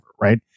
right